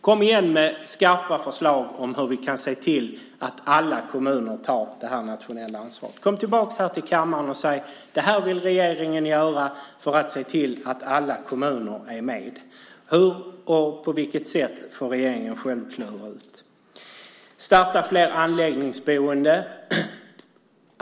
Kom med skarpa förslag om hur vi kan se till att alla kommuner tar det nationella ansvaret. Kom tillbaka till kammaren och säg vad regeringen vill göra för att se till att alla kommuner är med. På vilket sätt får regeringen klura ut själv. Starta fler anläggningsboenden.